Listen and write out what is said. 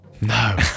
No